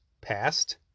past